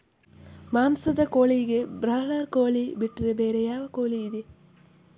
ಮಾಂಸದ ಕೋಳಿಗೆ ಬ್ರಾಲರ್ ಕೋಳಿ ಬಿಟ್ರೆ ಬೇರೆ ಯಾವ ಕೋಳಿಯಿದೆ?